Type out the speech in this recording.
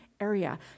area